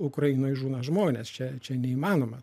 ukrainoje žūna žmonės čia čia neįmanoma